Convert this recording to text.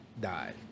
died